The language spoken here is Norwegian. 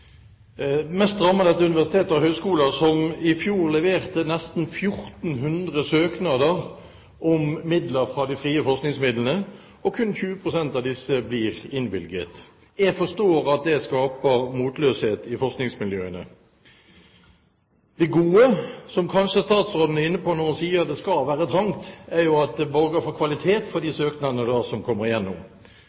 Mest rammet er universitet og høyskoler som i fjor leverte nesten 1 400 søknader om frie forskningsmidler. Kun 20 pst. av disse ble innvilget. Jeg forstår at det skaper motløshet i forskningsmiljøene. Det gode, som kanskje statsråden er inne på når hun sier at det skal være trangt, er at det borger for kvalitet på de søknadene som kommer gjennom.